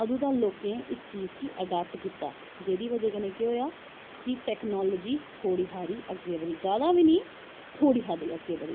अदूं दा लोकें इस चीज़ गी अडाप्ट कीता जेह्दी बज़ह् कन्नै केह् होआ कि टैकनॉलजी थोह्ड़ी सारी अग्गैं बधी जादा बी नी थोह्ड़ी हारी अग्गैं बधी